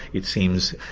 it seems,